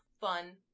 fun